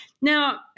Now